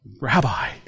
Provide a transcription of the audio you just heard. rabbi